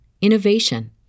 innovation